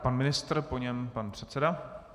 Pan ministr, po něm pan předseda.